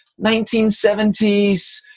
1970s